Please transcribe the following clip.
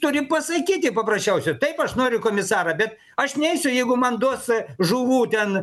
turi pasakyti paprasčiausiai taip aš noriu komisarą bet aš neisiu jeigu man duos žuvų ten